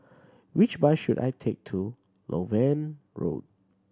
which bus should I take to Loewen Road